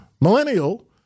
millennial